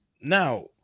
Now